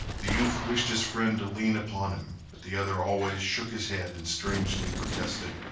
the youth wished his friend to lean upon him, but the other always shook his head and strangely protested.